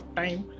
time